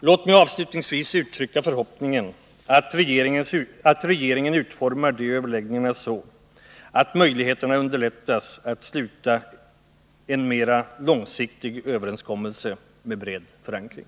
Låt mig avslutningsvis uttrycka förhoppningen att regeringen utformar de överläggningarna så att möjligheterna underlättas att träffa en mer långsiktig överenskommelse med bred förankring.